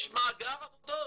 יש מאגר עבודות,